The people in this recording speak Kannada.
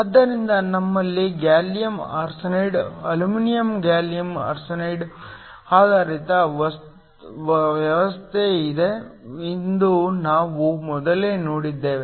ಆದ್ದರಿಂದ ನಮ್ಮಲ್ಲಿ gallium arsenide aluminium gallium arsenide ಆಧಾರಿತ ವ್ಯವಸ್ಥೆ ಇದೆ ಎಂದು ನಾವು ಮೊದಲೇ ನೋಡಿದ್ದೇವೆ